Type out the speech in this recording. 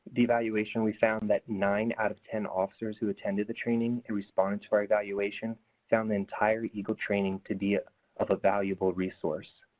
the evaluation, we found that nine out of ten officers who attended the training and responded to our evaluation found the entire eagle training to be ah of a valuable resource.